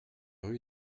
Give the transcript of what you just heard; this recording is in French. rue